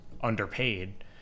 underpaid